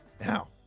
Now